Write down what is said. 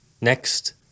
Next